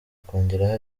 akongeraho